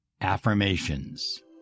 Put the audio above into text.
affirmations